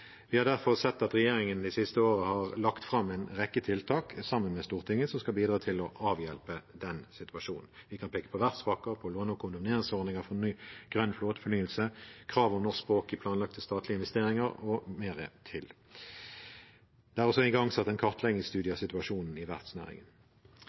Vi har derfor sett at regjeringen det siste året har lagt fram en rekke tiltak sammen med Stortinget som skal bidra til å avhjelpe den situasjonen. Vi kan peke på verftspakker, på låne- og kondemneringsordninger for ny, grønn flåtefornyelse, krav om norsk språk i planlagte statlige investeringer og mer til. Det er også igangsatt en